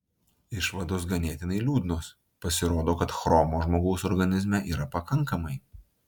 išvados ganėtinai liūdnos pasirodo kad chromo žmogaus organizme yra pakankamai